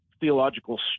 theological